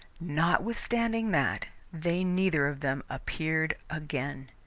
notwithstanding that, they neither of them appeared again.